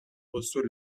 reçoit